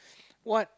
what